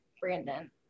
Brandon